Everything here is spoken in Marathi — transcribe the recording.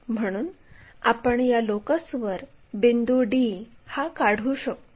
म्हणून आपण या लोकसवर बिंदू d हा काढू शकतो